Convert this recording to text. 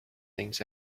things